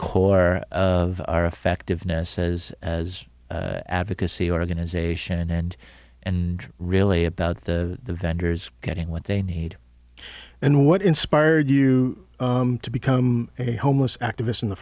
core of our effectiveness as as advocacy organization and and really about the vendors getting what they need and what inspired you to become a homeless activist in the